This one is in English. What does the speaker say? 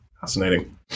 Fascinating